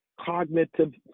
cognitive